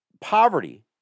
poverty